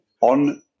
on